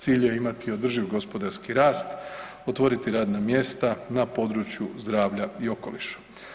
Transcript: Cilj je imati održiv gospodarski rast, otvoriti radna mjesta na području zdravlja i okoliša.